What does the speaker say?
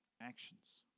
actions